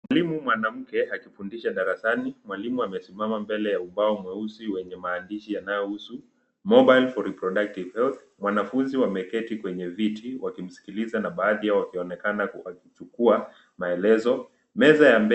Mwalimu mwanamke akifundisha darasani. Mwalimu amesimama mbele ya ubao mweusi wenye maandishi yanayohusu mobile for reproductive health . Wanafunzi wameketi kwenye viti wakimsikiliza na baadhi yao wakionekana wakichukua maelezo. Meza ya mbele.